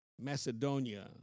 Macedonia